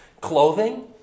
clothing